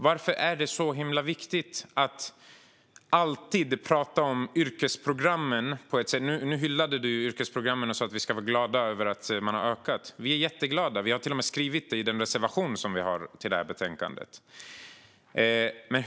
Varför är det så himla viktigt att alltid prata om yrkesprogrammen? Du hyllade dem och sa att vi ska vara glada över att de har ökat. Vi är jätteglada. Vi har till och med skrivit det i vår reservation i betänkandet.